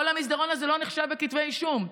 כל המסדרון הזה לא נחשב לכתבי אישום.